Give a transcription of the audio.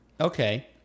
Okay